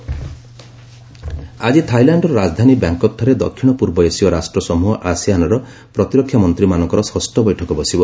Rajnath Thailand ଆଜି ଥାଇଲାଣ୍ଡର ରାଜଧାନୀ ବ୍ୟାଙ୍କକ୍ଠାରେ ଦକ୍ଷିଣ ପୂର୍ବ ଏସୀୟ ରାଷ୍ଟ୍ରସମୂହ ଆସିଆନର ପ୍ରତିରକ୍ଷାମନ୍ତ୍ରୀମାନଙ୍କର ଷଷ୍ଠ ବୈଠକ ବସିବ